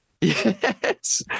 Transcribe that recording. yes